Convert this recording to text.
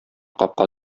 капка